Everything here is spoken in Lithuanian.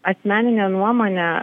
asmenine nuomone